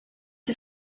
you